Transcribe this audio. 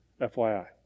FYI